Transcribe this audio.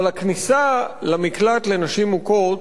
אבל הכניסה למקלט לנשים מוכות,